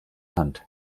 hand